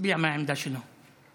שהצביע מהעמדה שלו.